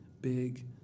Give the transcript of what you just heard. big